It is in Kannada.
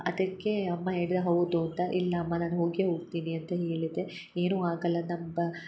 ಅದಕ್ಕೆ ಅಮ್ಮ ಹೇಳಿದ್ರು ಹೌದು ಅಂತ ಇಲ್ಲ ಅಮ್ಮ ನಾನು ಹೋಗೇ ಹೋಗ್ತೀನಿ ಅಂತ ಹೇಳಿದೆ ಏನೂ ಆಗಲ್ಲ ನಮ್ ಬ